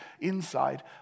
inside